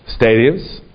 Stadiums